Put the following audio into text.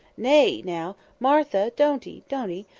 nay, now! martha don't ee! don't ee!